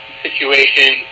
Situation